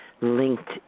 linked